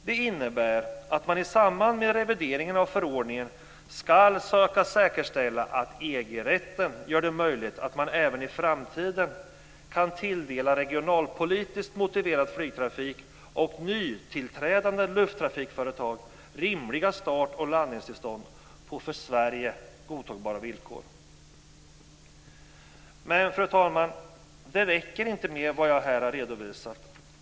Det innebär att man i samband med revideringen av förordningen ska söka säkerställa att EG-rätten gör det möjligt att man även i framtiden kan tilldela regionalpolitiskt motiverad flygtrafik och nytillträdande lufttrafikföretag rimliga start och landningstillstånd på för Sverige godtagbara villkor. Men, fru talman, det räcker inte med vad jag här har redovisat.